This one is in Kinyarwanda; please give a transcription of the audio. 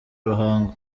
ruhango